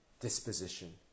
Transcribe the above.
disposition